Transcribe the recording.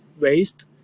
waste